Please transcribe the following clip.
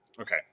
Okay